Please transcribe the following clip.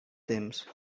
temps